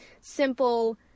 simple